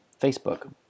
Facebook